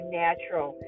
natural